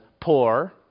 poor